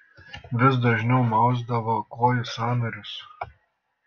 vis dažniau mausdavo kojų sąnarius